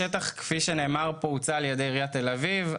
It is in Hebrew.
השטח, כפי שנאמר, הוצע על ידי עיריית תל אביב.